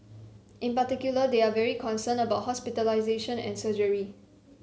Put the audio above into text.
in particular they are very concerned about hospitalisation and surgery